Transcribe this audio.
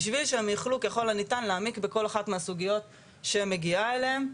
בשביל שהם יוכלו ככל הניתן להעמיק בכל אחת מהסוגיות שמגיעה אליהם.